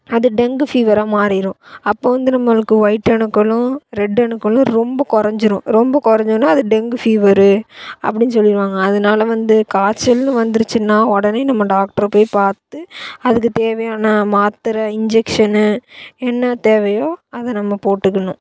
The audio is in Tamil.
அது டெங்கு ஃபீவராக மாறிடும் அப்போ வந்து நம்மளுக்கு ஒயிட் அணுக்களும் ரெட் அணுக்களும் ரொம்ப குறஞ்சிரும் ரொம்ப குறஞ்சோன அது டெங்கு ஃபீவரு அப்படின்னு சொல்லிருவாங்க அதனால் வந்து காய்ச்சல்னு வந்துருச்சின்னா உடனே நம்ம டாக்ட்ரை போய் பார்த்து அதுக்கு தேவையான மாத்திரை இன்ஜெக்ஷன்னு என்ன தேவையோ அதை நம்ம போட்டுக்கணும்